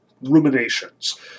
ruminations